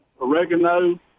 oregano